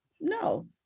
No